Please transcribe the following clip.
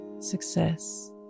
Success